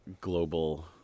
global